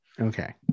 Okay